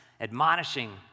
admonishing